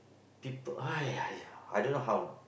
people !aiya! !aiya! I don't know how